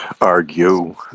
argue